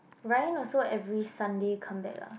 Ryan also every Sunday come back ah